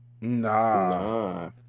Nah